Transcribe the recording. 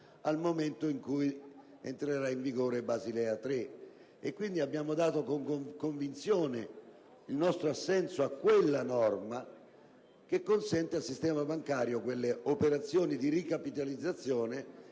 al momento in cui entrerà in vigore Basilea 3. E quindi abbiamo dato con convinzione il nostro assenso a quella norma che consente al sistema bancario le operazioni di ricapitalizzazione